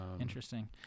interesting